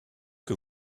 que